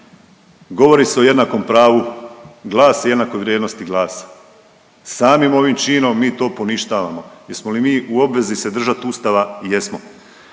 govori se o jednakom pravu glasa i jednakoj vrijednosti glasa. Samim ovim činom mi to poništavamo. Jesmo li mi u obvezi se držat Ustava? Jesmo.